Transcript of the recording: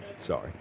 Sorry